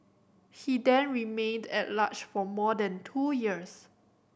he then remained at large for more than two years